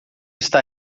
está